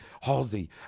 Halsey